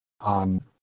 on